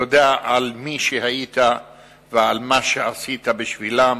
תודה על מי שהיית ועל מה שעשית בשבילם,